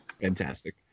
fantastic